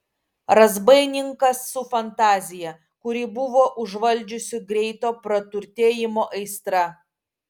razbaininkas su fantazija kurį buvo užvaldžiusi greito praturtėjimo aistra